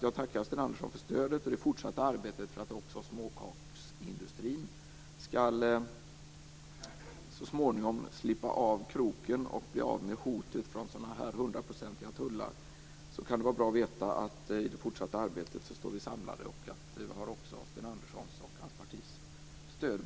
Jag tackar, som sagt, Sten Andersson för stödet i det fortsatta arbetet för att också småkaksindustrin så småningom skall slippa av kroken och bli av med hotet från sådana här hundraprocentiga tullar. Då kan det vara bra att vi i det fortsatta arbetet står samlade och att vi också har Sten Anderssons och hans partis stöd.